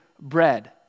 bread